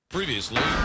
Previously